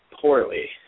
poorly